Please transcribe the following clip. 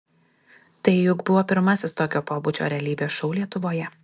tai juk buvo pirmasis tokio pobūdžio realybės šou lietuvoje